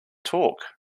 torque